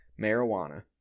Marijuana